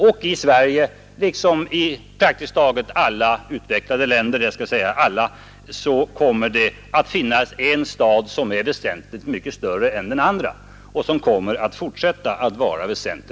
Och i Sverige, liksom i alla utvecklade länder, kommer det att finnas en stad som är väsentligt mycket större än de andra och som kommer att fortsätta att vara det.